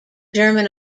german